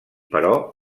però